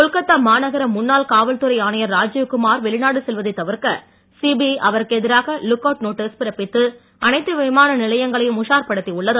கொல்கத்தா மாநகர முன்னாள் காவல்துறை ஆணையர் ராஜீவ்குமார் வெளிநாடு செல்வதைத் தவிர்க்க சிபிஐ அவருக்கு எதிராக லுக் அவுட் நோட்டீஸ் பிறப்பித்து அனைத்து விமான நிலையங்களையும் உஷார் படுத்தியுள்ளது